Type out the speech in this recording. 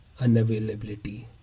unavailability